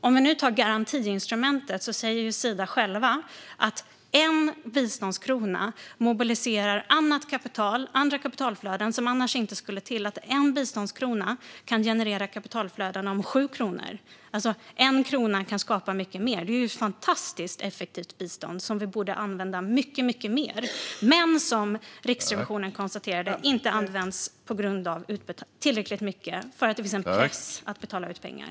När det gäller garantiinstrumentet säger Sida att en biståndskrona mobiliserar annat kapital och andra kapitalflöden som annars inte skulle kommit till. En biståndskrona kan alltså generera ett kapitalflöde på 7 kronor och kan alltså skapa mycket mer. Det är ett fantastiskt effektivt bistånd som vi borde använda mycket mer men som Riksrevisionen konstaterade inte används tillräckligt mycket därför att det finns en press att betala ut pengar.